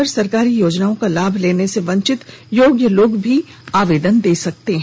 इस मौके पर सरकारी योजनाओं का लाभ लेने से वंचित योग्य लोग भी आवेदन दे सकते हैं